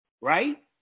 right